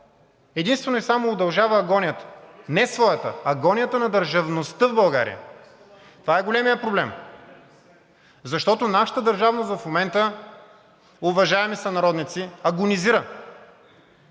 единствено и само удължава агонията, не своята, а агонията на държавността в България. Това е големият проблем, защото нашата държавност в момента, уважаеми сънародници, агонизира